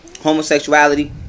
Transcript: Homosexuality